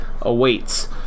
awaits